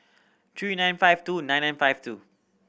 three nine five two nine nine five two